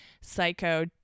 psycho